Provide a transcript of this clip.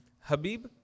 Habib